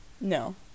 No